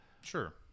Sure